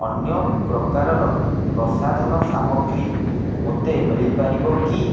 ଅନ୍ୟପ୍ରକାରର ପ୍ରସାଧନ ସାମଗ୍ରୀ ମୋତେ ମିଳିପାରିବ କି